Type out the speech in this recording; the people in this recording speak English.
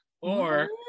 Or-